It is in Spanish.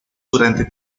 durante